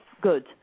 good